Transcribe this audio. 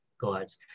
gods